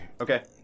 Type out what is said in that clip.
Okay